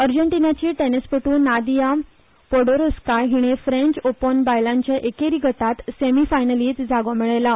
अर्जेंटिनाची टेनीसपटू Nadia Podoroska हिणें फ्रेंच ओपन बायलांची एकेरी गटांत सेमी फायनलींत जागो मेळयलो